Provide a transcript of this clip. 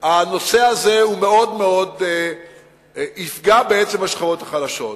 בנושא הזה יפגעו בשכבות החלשות.